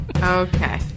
Okay